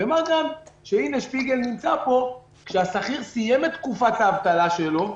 ומה גם שכשהשכיר סיים את תקופת האבטלה שלו,